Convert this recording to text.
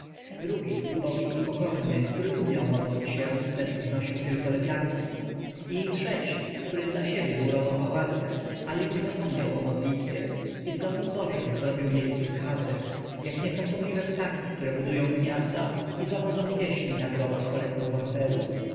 drugi ubogi i pokorny który umiał modlić się lecz wznosił tylko lepianki i trzeci który dla siebie murował pałace ale już zapomniał o modlitwie i z domów bożych zrobił miejsce schadzek jak niefrasobliwe ptaki które budują gniazda i zawodzą pieśni na grobach poległych bohaterów